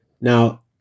Now